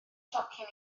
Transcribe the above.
tocyn